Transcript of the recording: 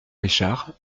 richard